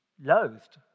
loathed